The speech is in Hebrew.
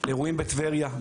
בטבריה,